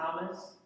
Thomas